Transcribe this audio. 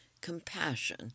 compassion